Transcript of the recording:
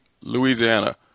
Louisiana